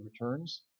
returns